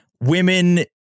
women